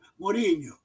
Mourinho